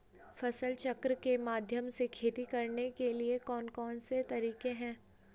फसल चक्र के माध्यम से खेती करने के लिए कौन कौन से तरीके हैं?